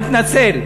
מתנצל.